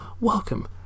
welcome